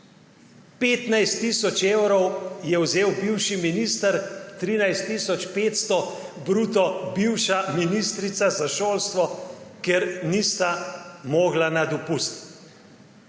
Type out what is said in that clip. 15 tisoč evrov je vzel bivši minister, 13 tisoč 500 bruto bivša ministrica za šolstvo, ker nista mogla na dopust.